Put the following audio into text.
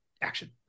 action